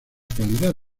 calidad